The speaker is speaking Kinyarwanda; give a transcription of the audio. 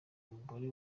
umugore